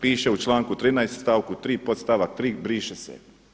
Piše u članku 13. stavku 3. „Podstavak 3. briše se“